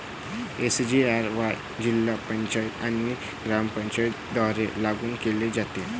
SGRY जिल्हा पंचायत आणि ग्रामपंचायतींद्वारे लागू केले जाते